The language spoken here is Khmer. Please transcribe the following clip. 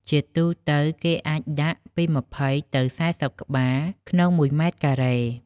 ជាទូទៅ គេអាចដាក់ពី ២០ ទៅ ៤០ ក្បាល ក្នុងមួយម៉ែត្រការ៉េ។